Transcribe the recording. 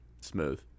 smooth